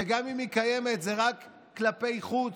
שגם אם היא קיימת זה רק כלפי חוץ,